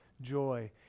joy